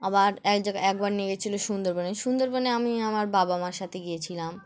আবার এক জায়গা একবার নিয়ে গিয়েছিলো সুন্দরবনে সুন্দরবনে আমি আমার বাবা মার সাথে গিয়েছিলাম